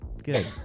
Good